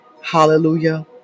hallelujah